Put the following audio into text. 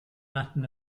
latin